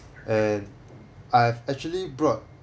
and I've actually brought